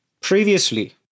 previously